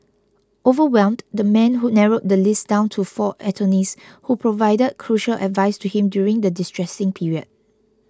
overwhelmed the man who narrowed the list down to four attorneys who provided crucial advice to him during the distressing period